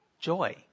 joy